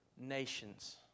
nations